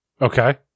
Okay